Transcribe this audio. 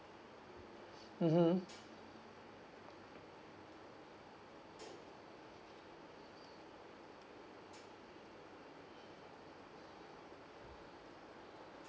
mmhmm